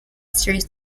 serious